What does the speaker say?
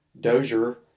Dozier –